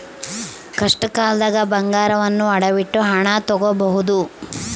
ಕಷ್ಟಕಾಲ್ದಗ ಬಂಗಾರವನ್ನ ಅಡವಿಟ್ಟು ಹಣ ತೊಗೋಬಹುದು